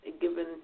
given